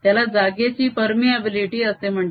त्याला जागेची परमीअबिलीटी असे म्हणतात